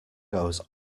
goes